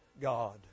God